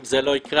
אם זה לא יקרה,